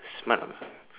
smart or not